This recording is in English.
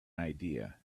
idea